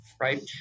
right